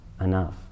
enough